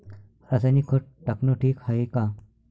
रासायनिक खत टाकनं ठीक हाये का?